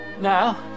Now